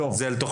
זה לתוכן